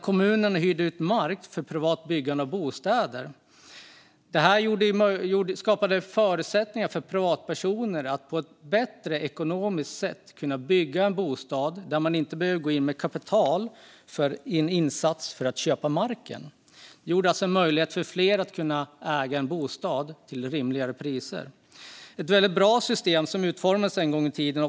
Kommuner hyrde ut mark för privat byggande av bostäder. Det här skapade förutsättningar för privatpersoner att på ett ekonomiskt bättre sätt kunna bygga en bostad utan att behöva gå in med kapital till en insats för att köpa marken. Det skapade alltså möjlighet för fler att äga en bostad till rimligare priser. Det var ett väldigt bra system som utformades en gång i tiden.